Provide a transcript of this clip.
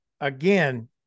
again